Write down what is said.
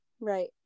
right